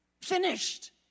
finished